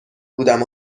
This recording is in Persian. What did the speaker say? بودم